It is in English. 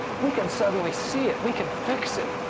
we can suddenly see it. we can fix it.